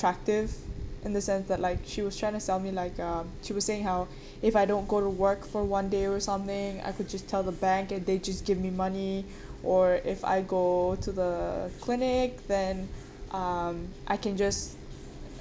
attractive in the sense that like she was trying to sell me like um she was saying how if I don't go to work for one day or something I could just tell the bank and they just give me money or if I go to the clinic then um I can just